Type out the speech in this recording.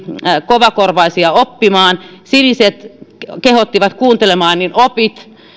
kovakorvaisia oppimaan siniset kehottivat että kuuntele niin opit